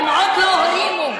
הן עוד לא הרימו.